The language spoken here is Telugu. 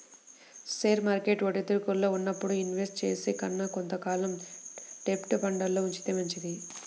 షేర్ మార్కెట్ ఒడిదుడుకుల్లో ఉన్నప్పుడు ఇన్వెస్ట్ చేసే కన్నా కొంత కాలం డెబ్ట్ ఫండ్లల్లో ఉంచితే మంచిది